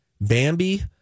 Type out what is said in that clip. Bambi